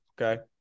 Okay